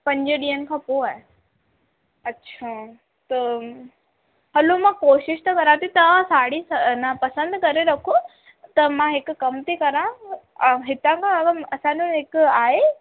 पंज ॾींहंनि खां पोइ आहे अच्छा त हलो मां कोशिश त करां थी तव्हां साड़ी अन पसंदि करे रखो त मां हिकु कमु थी करां हितां खां असांजो हिकु आहे